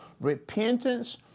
Repentance